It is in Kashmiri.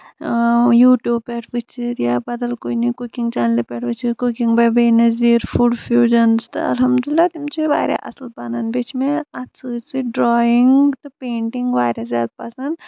اۭں یوٗٹوٗب پٮ۪ٹھ وٕچھِتھ یا بدل کُنہِ کُکِنگ چنلہِ پٮ۪ٹھ وٕچھِتھ کُکِنگ باے بے نٔزیٖر فُڈ فیوٗجن تہٕ الحمد اللہ تِم چھِ واریاہ اَصٕل بَنن بیٚیہِ چھِ مےٚ اتھ سۭتۍ سۭتۍ ڈرایِنگ تہٕ پینٹِگ واریاہ زیادٕ پَسند